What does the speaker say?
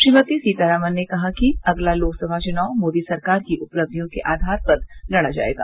श्रीमती सीतारामन ने कहा कि अगला लोकसभा चुनाव मोदी सरकार की उपलब्धियों के आधार पर लड़ा जाएगा